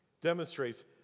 demonstrates